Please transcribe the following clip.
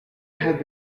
had